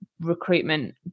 recruitment